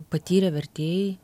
patyrę vertėjai